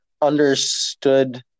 understood